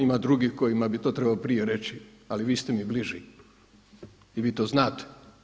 Ima drugih kojima bi to trebao prije reći ali vi ste mi bliži i vi to znate.